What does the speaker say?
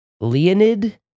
Leonid